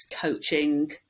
coaching